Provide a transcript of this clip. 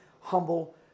humble